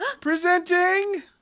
Presenting